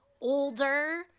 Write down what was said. older